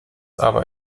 aber